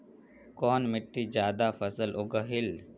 कुन मिट्टी ज्यादा फसल उगहिल?